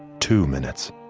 two minutes,